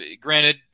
Granted